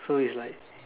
so is like